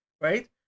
right